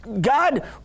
God